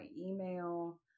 email